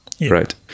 Right